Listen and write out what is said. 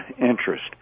interest